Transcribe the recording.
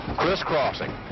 crisscrossing